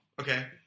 Okay